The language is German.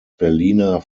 berliner